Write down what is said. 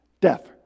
death